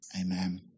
Amen